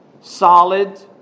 solid